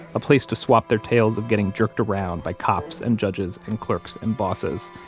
a place to swap their tales of getting jerked around by cops and judges and clerks and bosses,